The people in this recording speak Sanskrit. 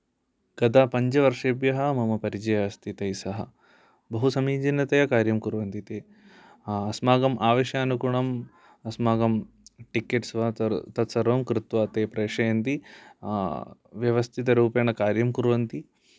कद पञ्चवर्षेभ्यः मम परिचयः अस्ति तैः सह बहु समीचिनतया कार्यं कुर्वन्ति ते अस्माकं आवश्यकतानुगुणं अस्माकं टिकिट्स् वा तत् सर्वं कृत्वा ते प्रेषयन्ति व्यवस्थितरूपेण कार्यं कुर्वन्ति